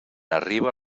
arriba